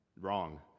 Wrong